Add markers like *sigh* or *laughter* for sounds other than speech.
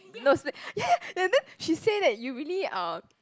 no *noise* ya ya and then she say that you really uh